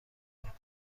کرد